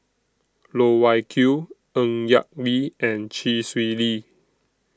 Loh Wai Kiew Ng Yak Whee and Chee Swee Lee